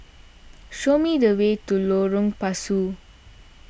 show me the way to Lorong Pasu